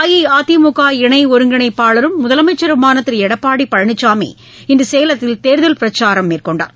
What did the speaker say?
அஇஅதிமுக இணை ஒருங்கிணைப்பாளரும் முதலமைச்சருமான திரு எடப்பாடி பழனிசாமி இன்று சேலத்தில் தேர்தல் பிரச்சாரம் மேற்கொண்டு பேசினார்